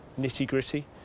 nitty-gritty